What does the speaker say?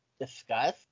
discuss